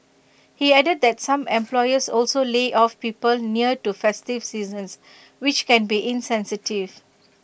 he added that some employers also lay off people near to festive seasons which can be insensitive